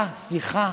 אה, סליחה,